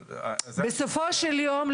אבל --- בסופו של יום,